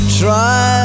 try